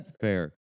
Fair